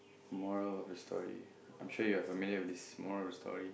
the moral of the story I'm sure you have minute with this moral of story